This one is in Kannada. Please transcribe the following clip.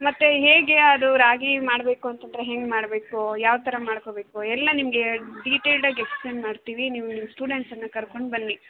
ಮತ್ತೆ ಹೇಗೆ ಅದು ರಾಗಿ ಮಾಡಬೇಕು ಅಂತಂದರೆ ಹೆಂಗೆ ಮಾಡಬೇಕು ಯಾವ ಥರ ಮಾಡ್ಕೊಬೇಕು ಎಲ್ಲ ನಿಮಗೆ ಡೀಟೆಲ್ಡಾಗಿ ಎಕ್ಸ್ಪ್ಲೇನ್ ಮಾಡ್ತೀವಿ ನೀವು ನಿಮ್ಮ ಸ್ಟೂಡೆಂಟ್ಸನ್ನು ಕರ್ಕೊಂಡು ಬನ್ನಿ